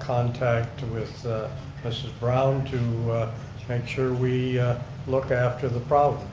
contact with miss. brown to make sure we look after the problem.